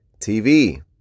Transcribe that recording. TV